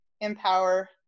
empower